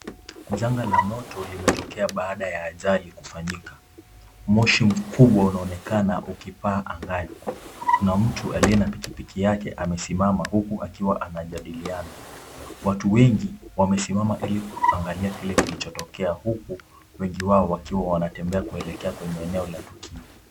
Janga la moto limetokea baada ya ajali kufanyika. Moshi mkubwa unaonekana ukipaa angani. Kuna mtu aliye na pikipiki yake amesimama huku akiwa anajadiliana. Watu wengi wamesimama ili kuangalia kile kilichotokea huku wengi wao wakiwa wanatembea kuelekea kwenye eneo la tukio.